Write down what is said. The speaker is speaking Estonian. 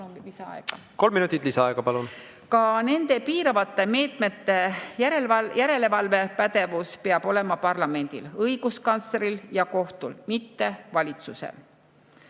Kolm minutit lisaaega. Palun! Ka nende piiravate meetmete järelevalve pädevus peab olema parlamendil, õiguskantsleril ja kohtul, mitte valitsusel.